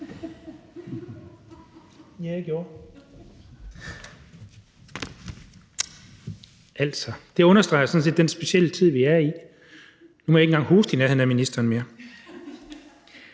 Den her afspritning understreger sådan set den specielle tid, vi er i. Nu må jeg ikke engang hoste i nærheden af ministeren mere.